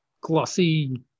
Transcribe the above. glossy